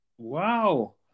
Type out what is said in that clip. wow